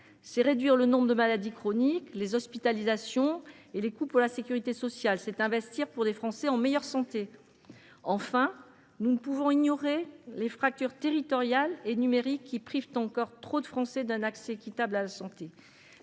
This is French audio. c’est diminuer le nombre de maladies chroniques, les hospitalisations et les coûts pour la sécurité sociale. C’est investir pour des Français en meilleure santé. Enfin, nous ne pouvons ignorer les fractures territoriales et numériques, qui privent encore trop de Français d’un accès équitable à la santé.